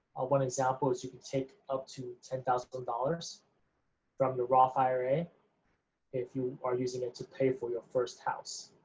one example is you can take up to ten thousand dollars from your roth ira if you are using it to pay for your first house.